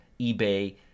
ebay